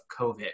COVID